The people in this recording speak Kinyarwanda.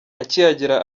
akihagera